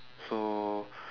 so